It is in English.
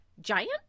giant